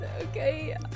okay